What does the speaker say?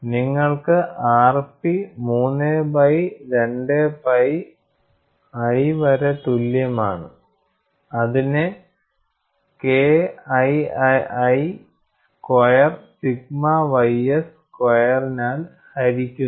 നിങ്ങൾക്ക് rp 3 by 2 pi i വരെ തുല്യമാണ് അതിനെ KIII സ്ക്വയർ സിഗ്മ ys സ്ക്വയറിനാൽ ഹരിക്കുന്നു